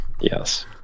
yes